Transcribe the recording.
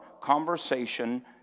conversation